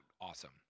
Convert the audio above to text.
awesome